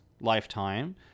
lifetime